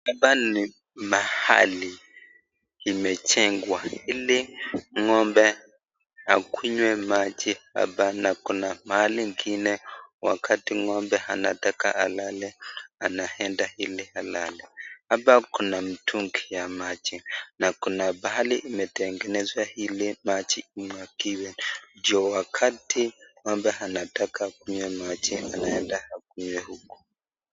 Hapa ni mahali imejengwa ni ngombe akunywe maji, kuna mahali ingine ngombe anataka alale anaenda ili alale. Hapa kuna mtungi ya maji na kuna mahali imetengenezwa ili maji imwagiwe, ndio wakati ng'ombe anataka akunywe maji anaenda kunywa uko.